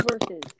verses